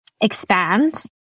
expand